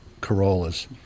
Corollas